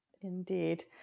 Indeed